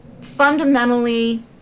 fundamentally